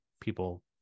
people